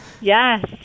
Yes